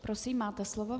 Prosím, máte slovo.